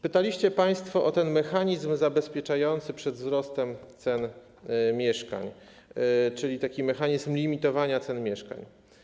Pytaliście państwo o mechanizm zabezpieczający przed wzrostem cen mieszkań, czyli taki mechanizm limitowania cen mieszkań.